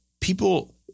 people